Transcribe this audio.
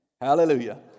Hallelujah